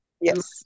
Yes